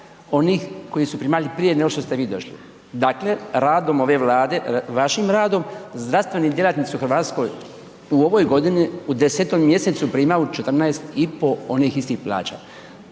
onih koji su primali prije nego što ste vi došli. Dakle, radom ove Vlade, vašim radom zdravstveni djelatnici u Hrvatskoj u ovoj godini u 10. mjesecu primaju 14,5 onih istih plaća.